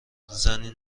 زنی